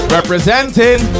Representing